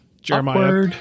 Jeremiah